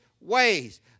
ways